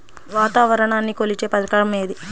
వాతావరణాన్ని కొలిచే పరికరం ఏది?